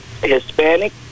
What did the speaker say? Hispanic